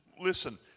listen